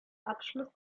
abschluss